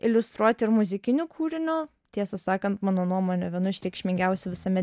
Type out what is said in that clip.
iliustruot ir muzikiniu kūriniu tiesą sakant mano nuomone vienu iš reikšmingiausių visame